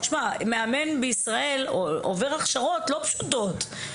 מאמן בישראל עובר הכשרות לא פשוטות.